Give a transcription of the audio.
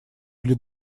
или